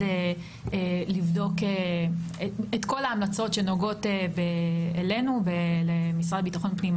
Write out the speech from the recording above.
לבדוק את כל ההמלצות שנוגעות אלינו ולמשרד לביטחון הפנים.